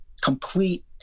Complete